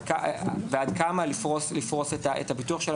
ועד כמה לפרוס את הביטוח שלה.